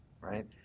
right